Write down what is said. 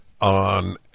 on